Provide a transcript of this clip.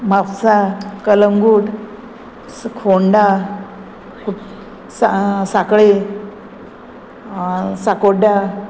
म्हापसा कलंगूट फोंडा सा सांकळे सांकोड्डा